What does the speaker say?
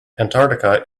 antarctica